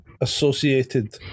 associated